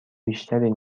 بیشتری